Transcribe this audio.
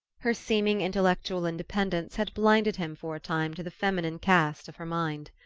her seeming intellectual independence had blinded him for a time to the feminine cast of her mind.